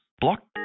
Block